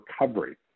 recovery